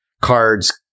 cards